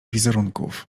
wizerunków